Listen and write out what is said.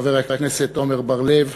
חבר הכנסת עמר בר-לב